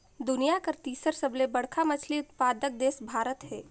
दुनिया कर तीसर सबले बड़खा मछली उत्पादक देश भारत हे